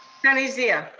sunny zia.